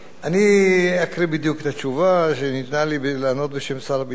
אני אקריא בדיוק את התשובה שניתנה לי לענות בשם שר הביטחון.